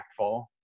impactful